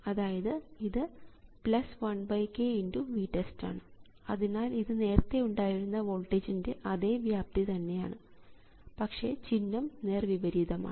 അതായത് ഇത് 1k x VTEST ആണ് അതിനാൽ ഇത് നേരത്തെ ഉണ്ടായിരുന്ന വോൾട്ടേജിൻറെ അതെ വ്യാപ്തി തന്നെയാണ് പക്ഷേ ചിഹ്നം നേർവിപരീതമാണ്